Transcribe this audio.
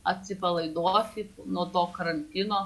atsipalaiduoti nuo to karantino